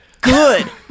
Good